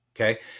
okay